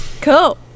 cool